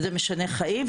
וזה משנה חיים.